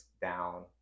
down